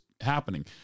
happening